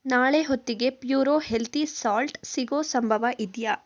ನಾಳೆ ಹೊತ್ತಿಗೆ pure healthy salt ಸಿಗೋ ಸಂಭವ ಇದೆಯಾ